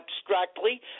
abstractly